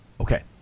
Okay